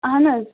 اَہَن حظ